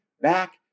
back